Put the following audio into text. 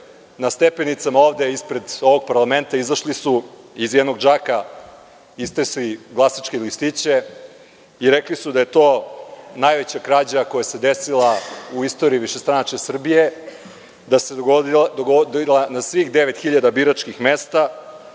na stepenicama ispred ovog parlamenta izašli su i iz jednog džaka istresli glasačke listiće i rekli su da je to najveća krađa koja se desila u istoriji višestranačja Srbije, da se dogodila na svih 9.000 biračkih mesta,